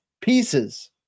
pieces